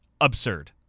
Absurd